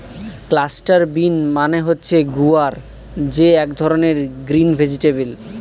cluster bean মানে হচ্ছে গুয়ার যে এক ধরনের গ্রিন ভেজিটেবল